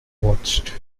watched